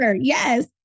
yes